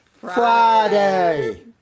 Friday